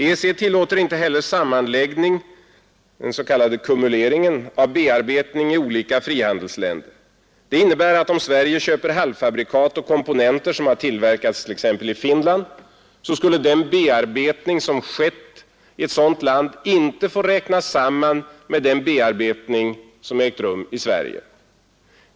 EEC tillåter inte heller sammanläggning — den s.k. kumuleringen — av bearbetning i olika frihandelsländer. Det innebär att om Sverige köper halvfabrikat och komponenter som har tillverkats t.ex. i Finland, så skulle den bearbetning som skett i ett sådant land inte få räknas samman med den bearbetning som ägt rum i Sverige.